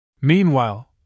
Meanwhile